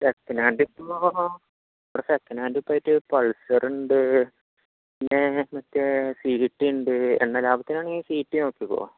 second hand second hand ഇപ്പം ആയിട്ട് Pulsar ഉണ്ട് പിന്നെ മറ്റേ സി ടി ഉണ്ട് എണ്ണ ലാഭത്തിനാണെങ്കിൽ സി ടി നോക്കിയാൽ പോകും